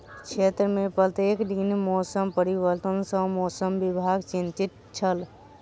क्षेत्र में प्रत्येक दिन मौसम परिवर्तन सॅ मौसम विभाग चिंतित छल